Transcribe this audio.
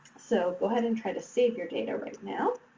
so, go ahead and try to save your data right now.